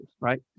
Right